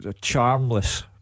charmless